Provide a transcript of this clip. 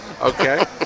Okay